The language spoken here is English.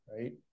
right